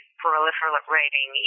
proliferating